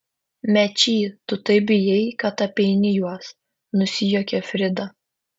mečy tu taip bijai kad apeini juos nusijuokė frida